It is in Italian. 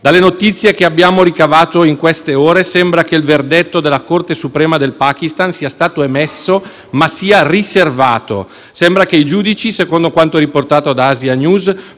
Dalle notizie che abbiamo ricavato in queste ore sembra che il verdetto della Corte suprema del Pakistan sia stato emesso, ma sia riservato. Sembra che i giudici, secondo quanto riportato da «Asia News»,